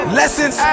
lessons